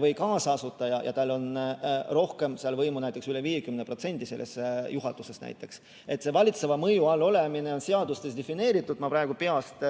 või kaasasutaja ja tal on seal rohkem võimu, näiteks üle 50% selles juhatuses. See valitseva mõju all olemine on seadustes defineeritud. Ma praegu peast